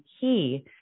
key